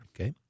Okay